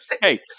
Hey